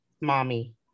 Mommy